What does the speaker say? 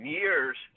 years